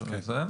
כן.